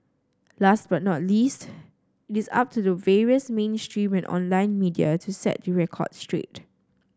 last but not least it is up to the various mainstream and online media to set the record straight